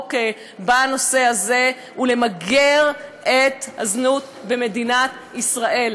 בנושא הזה ולמגר את הזנות במדינת ישראל.